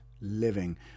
living